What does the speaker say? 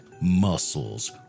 muscles